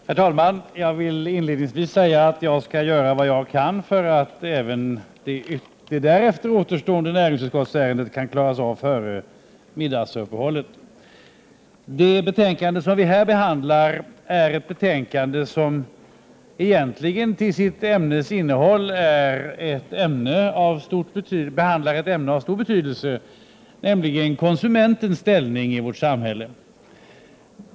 Herr talman! Jag vill inledningsvis säga att jag skall göra vad jag kan för att även det återstående näringsutskottsärendet skall kunna klaras av före middagsuppehållet. Det betänkande som vi här behandlar är ett betänkande som egentligen med avseende på ämnesinnehållet är av stor betydelse, nämligen konsumentens ställning i vårt samhälle.